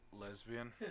lesbian